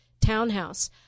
townhouse